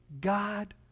God